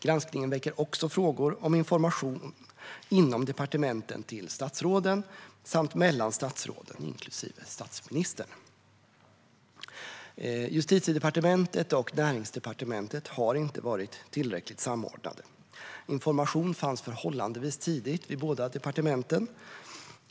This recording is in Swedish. Granskningen väcker också frågor om information inom departementen till statsråden samt mellan statsråden inklusive statsministern. Justitiedepartementet och Näringsdepartementet har inte varit tillräckligt samordnade. Information fanns förhållandevis tidigt vid båda dessa departement.